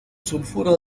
sulfuro